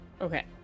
Okay